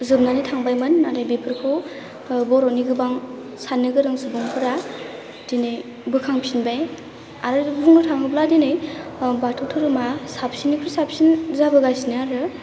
जोबनानै थांबायमोन नाथाय बेफोरखौ बर'नि गोबां साननो गोरों सुबुंफोरा दिनै बोखांफिनबाय आरो बुंनो थाङोब्ला दिनै बाथौ धोरोमा साबसिननिफ्राय साबसिन जाबोगासिनो आरो